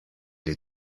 les